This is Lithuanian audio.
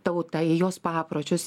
tautą į jos papročius